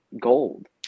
gold